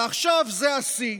ועכשיו זה השיא.